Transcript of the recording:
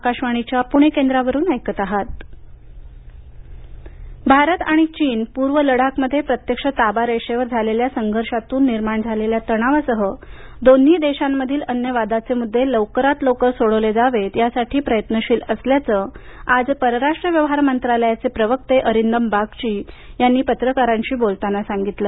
लडाख भारत आणि चीन पूर्व लडाखमध्ये प्रत्यक्ष ताबा रेषेवर झालेल्या संघर्षातून निर्माण झालेल्या तणवासह दोन्ही देशांमधील अन्य वादाचे मुद्दे लवकरात लवकर सोडवले जावेत यासाठी दोन्ही देश प्रयत्नशील असल्याचं आज परराष्ट्र व्यवहार मंत्रालयाचे प्रवक्ते अरीदम बागची यांनी आज वार्ताहरांशी बोलताना सांगितलं